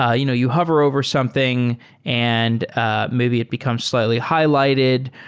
ah you know you hover over something and ah maybe it becomes slightly highlighted.